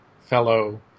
Fellow